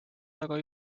taga